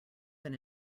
than